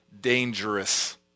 dangerous